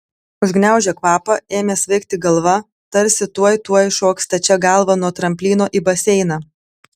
užgniaužė kvapą ėmė svaigti galva tarsi tuoj tuoj šoks stačia galva nuo tramplyno į baseiną